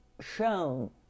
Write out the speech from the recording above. shown